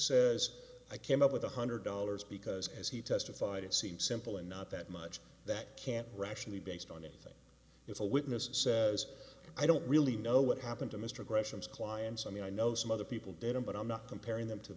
says i came up with one hundred dollars because as he testified it seems simple and not that much that can't rationally based on anything it's a witness says i don't really know what happened to mr gresham's clients i mean i know some other people didn't but i'm not comparing them to